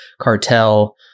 cartel